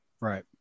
Right